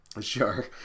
sure